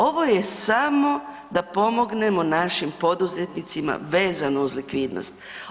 Ovo je samo da pomognemo našim poduzetnicima vezano uz likvidnost.